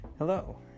Hello